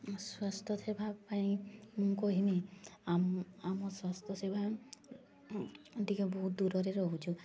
ସ୍ୱାସ୍ଥ୍ୟ ସେବା ପାଇଁ ମୁଁ କହିବି ଆମ ଆମ ସ୍ୱାସ୍ଥ୍ୟ ସେବା ଅଧିକା ବହୁତ ଦୂରରେ ରହୁଛି